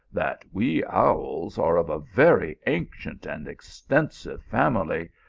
that we owls are of a very ancient and extensive family,